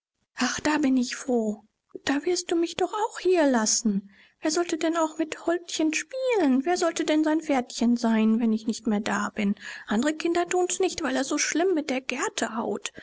ach da bin ich froh da wirst du mich doch auch hier lassen wer sollte denn auch mit holdchen spielen wer sollte denn sein pferdchen sein wenn ich nicht mehr da bin andere kinder thun's nicht weil er so schlimm mit der gerte haut